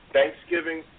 Thanksgiving